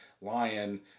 Lion